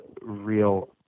real